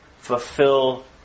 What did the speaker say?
fulfill